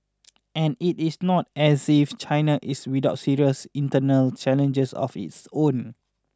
and it is not as if China is without serious internal challenges of its own